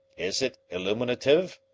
is it illuminative?